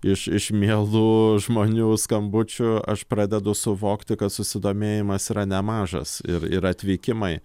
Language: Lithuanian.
iš mielų žmonių skambučių aš pradedu suvokti kad susidomėjimas yra nemažas ir ir atvykimai